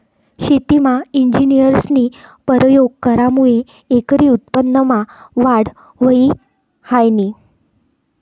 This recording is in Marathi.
शेतीमा इंजिनियरस्नी परयोग करामुये एकरी उत्पन्नमा वाढ व्हयी ह्रायनी